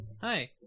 hi